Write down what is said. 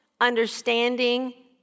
understanding